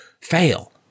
fail